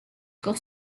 con